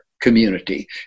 community